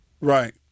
Right